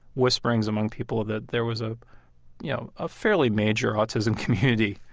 whisperings among people that there was a you know ah fairly major autism community,